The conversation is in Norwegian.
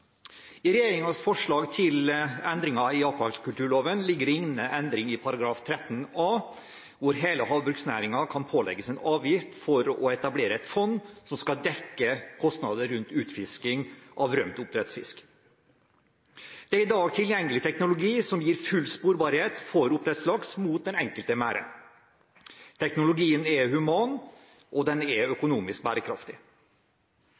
I regjeringens forslag til endringer i akvakulturloven ligger det inne endring i § 13a om at hele havbruksnæringen kan pålegges en avgift for å etablere et fond som skal dekke kostnader knyttet til utfisking av rømt oppdrettsfisk. Det er i dag tilgjengelig teknologi som gir full sporbarhet for oppdrettslaks mot den enkelte merd. Teknologien er human, og den er